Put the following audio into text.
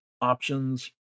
options